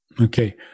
Okay